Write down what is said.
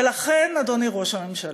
ולכן, אדוני ראש הממשלה,